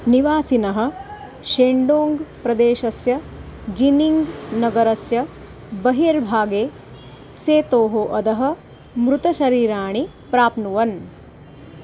निवासिनः शेण्डोङ्ग् प्रदेशस्य जीनिङ्ग् नगरस्य बहिर्भागे सेतोः अधः मृतशरीराणि प्राप्नुवन्